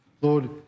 Lord